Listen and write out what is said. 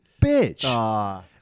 bitch